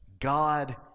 God